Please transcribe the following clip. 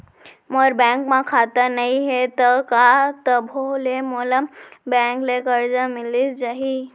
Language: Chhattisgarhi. मोर बैंक म खाता नई हे त का तभो ले मोला बैंक ले करजा मिलिस जाही?